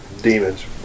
Demons